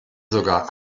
sogar